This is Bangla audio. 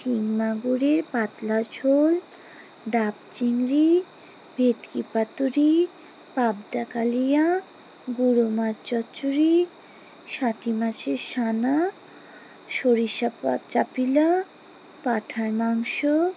শিং মাগুড়ের পাতলা ঝোল ডাব চিংড়ি ভেটকি পাতুরি পাবদা কালিয়া গুঁড়ো মাছ চচড়ি সাটি মাছের সানা সরিষা পা চাপিলা পাঁঠার মাংস